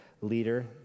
leader